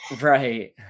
Right